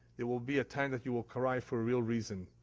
there will be a time that you will cry for a real reason.